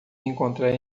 encontrar